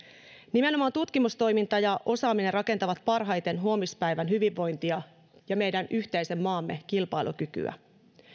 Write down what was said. nimenomaan tutkimustoiminta ja osaaminen rakentavat parhaiten huomispäivän hyvinvointia ja meidän yhteisen maamme kilpailukykyä